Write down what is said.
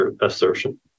assertion